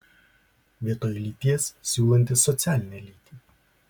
vietoj lyties siūlantis socialinę lytį